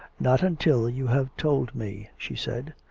not until you have told me, she said.